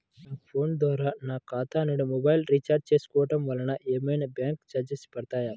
నా ఫోన్ ద్వారా నా ఖాతా నుండి మొబైల్ రీఛార్జ్ చేసుకోవటం వలన ఏమైనా బ్యాంకు చార్జెస్ పడతాయా?